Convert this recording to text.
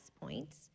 points